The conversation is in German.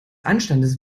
anstandes